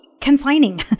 consigning